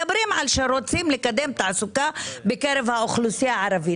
מדברים על שרוצים לקדם תעסוק בקרב האוכלוסייה הערבית